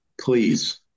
please